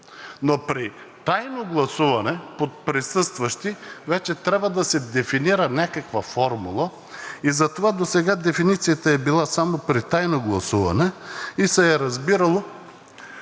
Но при тайно гласуване под „присъстващи“ вече трябва да се дефинира някаква формула и затова досега дефиницията е била само при тайно гласуване, и се е разбирало